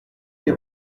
les